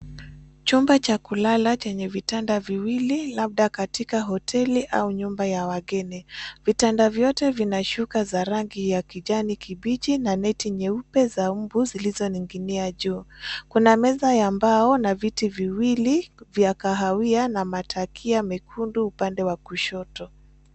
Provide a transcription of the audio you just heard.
Chumba cha kulala chenye vitanda viwili , labda katika hoteli au nyumba ya wageni . Vitanda vyote vina shuka za rangi ya kijani kibichi na neti nyeupe za mbu zilizoning'inia juu. Kuna meza ya mbao na viti viwili vya kahawia na matakia mekundu upande wa kushoto.